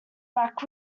back